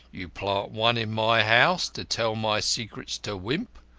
you plant one in my house to tell my secrets to wimp,